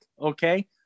okay